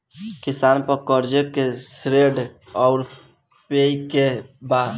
किसान पर क़र्ज़े के श्रेइ आउर पेई के बा?